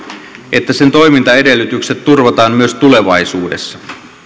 että sen toimintaedellytykset turvataan myös tulevaisuudessa